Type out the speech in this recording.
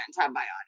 antibiotics